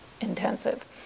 intensive